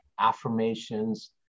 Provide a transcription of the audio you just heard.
affirmations